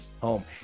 home